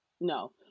no